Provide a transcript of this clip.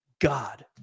God